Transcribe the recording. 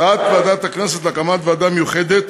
הצעת ועדת הכנסת להקמת ועדה מיוחדת